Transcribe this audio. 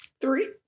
Three